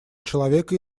человека